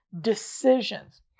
decisions